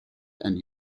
and